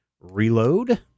reload